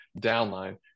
downline